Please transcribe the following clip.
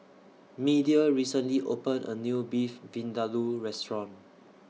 Media recently opened A New Beef Vindaloo Restaurant